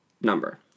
number